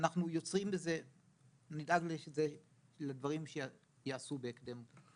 אנחנו נדאג לדברים שייעשו בהתאם.